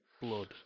blood